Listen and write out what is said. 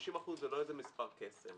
50% זה לא איזה מס' קסם.